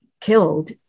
killed